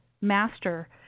master